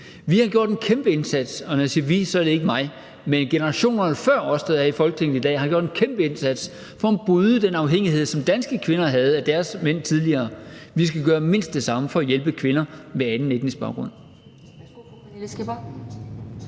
Vi har gjort en kæmpe indsats. Og når jeg siger »vi«, er det ikke mig, men generationerne før os, der er i Folketinget i dag, der har gjort en kæmpe indsats for at bryde den afhængighed, som danske kvinder havde af deres mænd tidligere. Vi skal gøre mindst det samme for at hjælpe kvinder med anden etnisk baggrund.